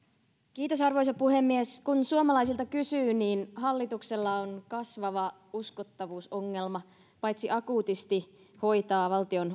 arvoisa puhemies kun suomalaisilta kysyy niin hallituksella on kasvava uskottavuusongelma paitsi akuutisti valtion